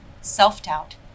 self-doubt